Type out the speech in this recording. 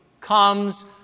comes